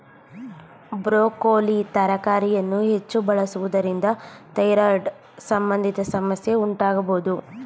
broccoli ತರಕಾರಿಯನ್ನು ಹೆಚ್ಚು ಬಳಸುವುದರಿಂದ ಥೈರಾಯ್ಡ್ ಸಂಬಂಧಿ ಸಮಸ್ಯೆ ಉಂಟಾಗಬೋದು